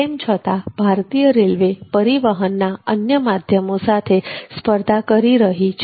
તેમ છતાં ભારતીય રેલ્વે પરિવહનના અન્ય માધ્યમો સાથે સ્પર્ધા કરી રહી છે